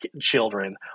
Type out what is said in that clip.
children